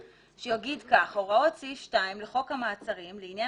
שיגיד: "הוראות סעיף 2 לחוק המעצרים לעניין